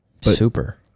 super